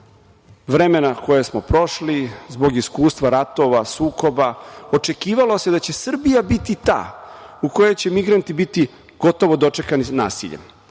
vremena koje smo prošli, zbog iskustva ratova, sukoba. Očekivalo se da će Srbija biti ta u kojoj će migranti biti gotovo dočekani sa nasiljem